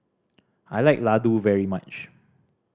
I like Ladoo very much